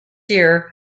year